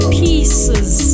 pieces